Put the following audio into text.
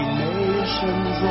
nations